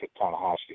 Tanahashi